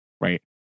right